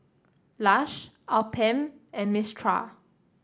Lush Alpen and Mistral